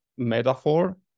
metaphor